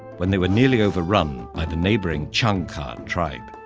when they were nearly overrun by the neighboring chanka tribe.